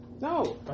No